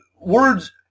Words